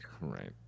right